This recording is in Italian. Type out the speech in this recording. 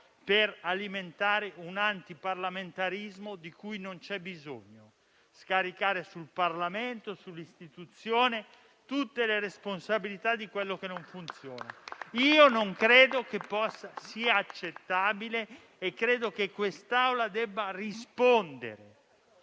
di alimentare un antiparlamentarismo di cui non c'è bisogno. Scaricare sul Parlamento e sull'istituzione tutte le responsabilità di quello che non funziona non credo sia accettabile, e credo che quest'Assemblea debba rispondere.